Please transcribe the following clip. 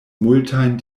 multajn